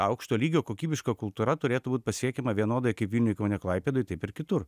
aukšto lygio kokybiška kultūra turėtų būt pasiekiama vienodai kaip vilniuj kaune klaipėdoj taip ir kitur